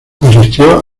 asistió